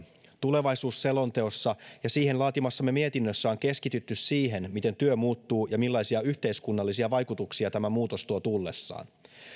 tulevaisuusselonteossa ja siihen laatimassamme mietinnössä on keskitytty siihen miten työ muuttuu ja millaisia yhteiskunnallisia vaikutuksia tämä muutos tuo tullessaan työn